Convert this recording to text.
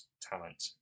talent